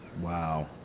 Wow